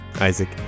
Isaac